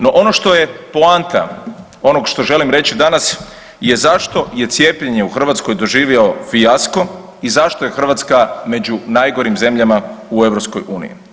No ono što je poanta onog što želim reći danas je zašto je cijepljenje u Hrvatskoj doživio fijasko i zašto je Hrvatska među najgorim zemljama u EU.